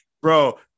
bro